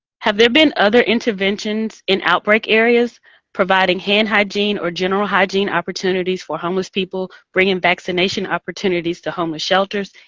have there been other interventions in outbreak areas providing hand hygiene or general hygiene opportunities for homeless people, bringing vaccination opportunities to homeless shelters,